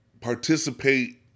participate